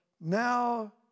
now